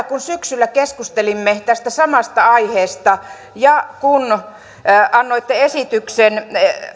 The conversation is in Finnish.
kun syksyllä keskustelimme tästä samasta aiheesta ja kun annoitte esityksen